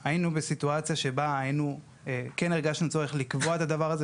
היינו בסיטואציה שבה כן הרגשנו צורך לקבוע את הדבר הזה,